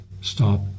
stop